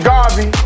Garvey